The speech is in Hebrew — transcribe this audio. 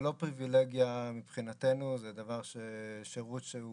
פריבילגיה מבחינתנו, זה שירות שהוא